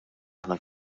aħna